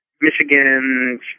Michigan